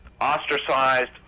Ostracized